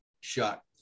shot